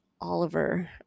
Oliver